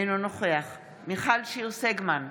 אינו נוכח מיכל שיר סגמן,